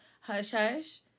hush-hush